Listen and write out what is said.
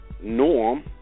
Norm